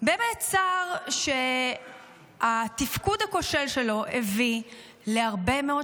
באמת שר שהתפקוד הכושל שלו הביא להרבה מאוד